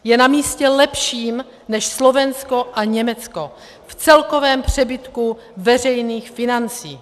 Je na místě lepším než Slovensko a Německo v celkovém přebytku veřejných financí.